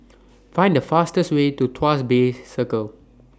Find The fastest Way to Tuas Bay Circle